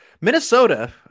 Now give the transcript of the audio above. minnesota